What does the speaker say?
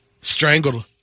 strangled